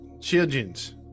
Children's